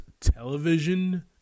television